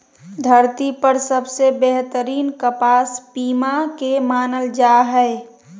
धरती पर सबसे बेहतरीन कपास पीमा के मानल जा हय